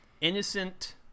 innocent